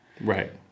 Right